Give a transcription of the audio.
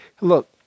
Look